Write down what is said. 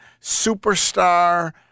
superstar